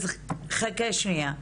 אז חכה שנייה,